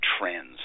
trends